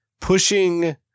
pushing